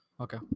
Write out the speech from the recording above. Okay